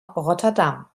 rotterdam